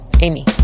Amy